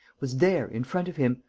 was there, in front of him,